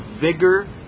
Vigor